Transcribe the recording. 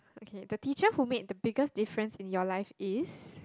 okay the teacher who made the biggest difference in your life is